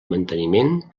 manteniment